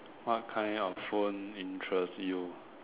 what kind of phone interest you